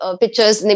pictures